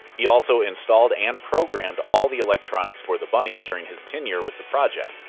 he also installed and programmed all the electronics for the bunnies during his tenure with the project.